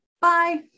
bye